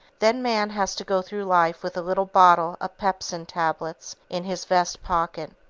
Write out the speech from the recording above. then man has to go through life with a little bottle of pepsin tablets in his vest-pocket.